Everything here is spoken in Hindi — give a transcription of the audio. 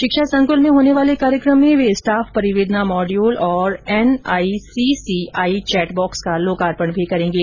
शिक्षा संकुल में होने वाले कार्यक्रम में वे स्टाफ परिवेदना मॉड्यूल और एन आइसीसीआई चौट बॉक्स का लोकार्पण भी करेंगे